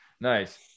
Nice